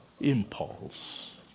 impulse